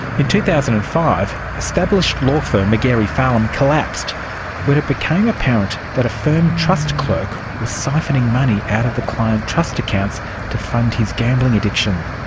in two thousand and five established law firm magarey farlam collapsed when it became apparent that a firm trust clerk was siphoning money out of the client trust accounts to fund his gambling addiction.